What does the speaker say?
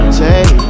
take